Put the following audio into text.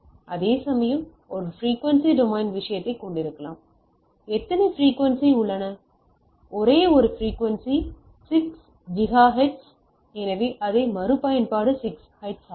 அதேசமயம் ஒரு frequency domain விஷயத்தை கொண்டிருக்கலாம் எத்தனை பிரிக்குவென்சி உள்ளன இங்கே ஒரே ஒரு பிரிக்குவென்சி 6 கிகா 6 ஹெர்ட்ஸ் எனவே அதன் மறுபயன்பாடு 6 ஹெர்ட்ஸ் ஆகும்